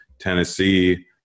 Tennessee